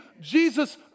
Jesus